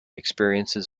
experiences